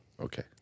Okay